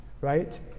right